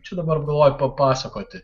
čia dabar galvoju papasakoti